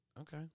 Okay